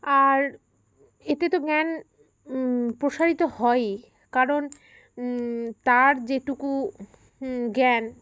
আর এতে তো জ্ঞান প্রসারিত হয়ই কারণ তার যেটুকু জ্ঞান